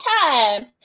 time